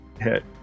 hit